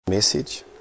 message